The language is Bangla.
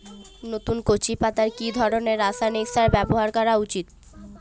নতুন কচি পাতায় কি ধরণের রাসায়নিক সার ব্যবহার করা উচিৎ?